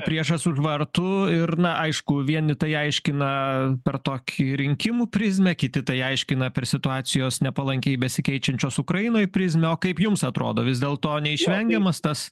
priešas už vartų ir na aišku vienetai aiškina per tokį rinkimų prizmę kiti tai aiškina per situacijos nepalankiai besikeičiančios ukrainoj prizmę o kaip jums atrodo vis dėl to neišvengiamas tas